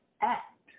act